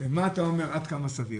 עד כמה סביר?